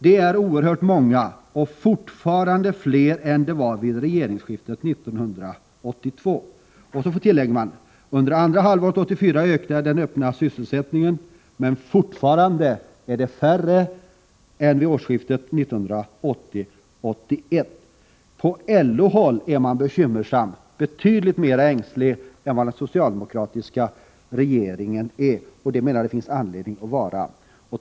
Det är oerhört många och fortfarande fler än det var vid regeringsskiftet 1982.” Sedan tillägger man: ”Under det andra halvåret 1984 ökade den öppna sysselsättningen ———- men fortfarande är det färre än vid årsskiftet 1980-81.” På LO-håll är man bekymrad och betydligt mera ängslig än vad den socialdemokratiska regeringen är. Det menar jag att det finns anledning att vara.